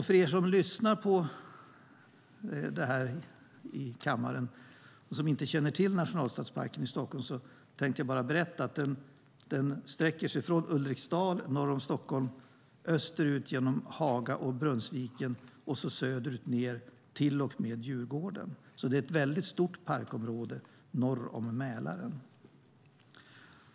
För er som lyssnar på detta i kammaren och inte känner till nationalstadsparken i Stockholm tänkte jag bara berätta att den sträcker sig från Ulriksdal norr om Stockholm österut genom Haga och Brunnsviken och söderut ner till och med Djurgården. Det är alltså ett väldigt stort parkområde norr om Mälaren.